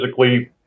physically